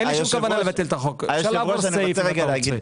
לא נכון.